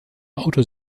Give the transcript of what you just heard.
auto